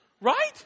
Right